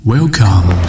Welcome